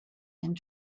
and